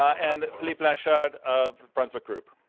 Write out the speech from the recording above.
and philippe blanchard of brunswick group.